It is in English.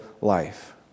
life